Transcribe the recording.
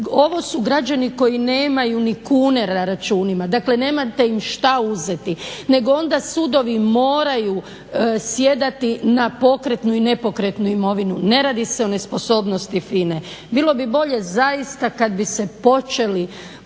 Ovo su građani koji nemaju ni kune na računima. Dakle, nemate im šta uzeti, nego onda sudovi moraju sjedati na pokretnu i nepokretnu imovinu. Ne radi se o nesposobnosti FINA-e. Bilo bi bolje zaista kad bi se počeli